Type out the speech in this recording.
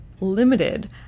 limited